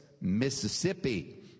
Mississippi